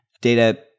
data